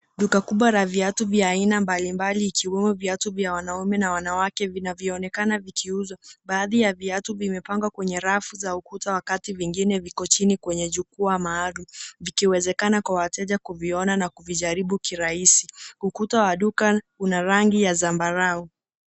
Duka kubwa la viatu vya aina mbalimbali vikiwemo viatu vya wanaume na wanawake vinavyoonekana vikiuzwa. Baadhi ya viatu vimepangwa kwenye rafu za ukuta wakati vingine viko chini kwenye jukwaa maalum, vikiwezekana kwa wateja kuviona na kuvijaribu kirahisi. Ukuta wa duka una rangi ya zambarau.